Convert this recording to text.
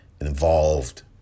involved